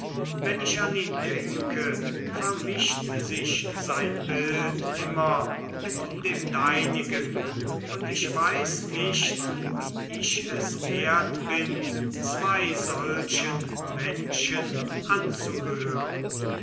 wenn ich an ihn denke vermischt sich sein bild immer mit dem deinigen und ich weiß nicht wie ich es wert bin zwei solchen menschen anzugehören